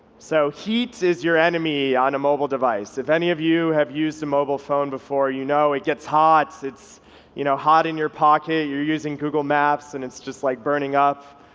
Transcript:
so heat is your enemy on a mobile device. if any of you have used a mobile phone before, you know it gets hot. it's you know hot in your pocket. you're using google maps and it's just like burning up,